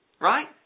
Right